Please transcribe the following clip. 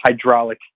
hydraulic